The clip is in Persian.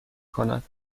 کند